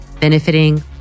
benefiting